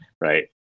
Right